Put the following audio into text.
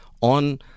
on